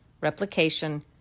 replication